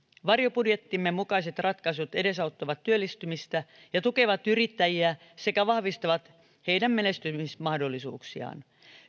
varjobudjettimme mukaiset ratkaisut edesauttavat työllistymistä ja tukevat yrittäjiä sekä vahvistavat heidän menestymismahdollisuuksiaan